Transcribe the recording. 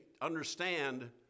understand